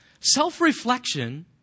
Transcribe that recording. Self-reflection